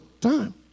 time